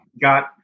got